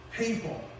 People